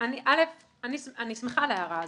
ההערה הזאת,